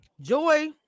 Joy